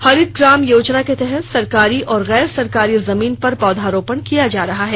हरित ग्राम योजना के तहत सरकारी और गैर सरकारी जमीन पर पौधारोपण किया जा रहा है